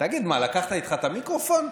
תגיד, לקחת איתך את המיקרופון?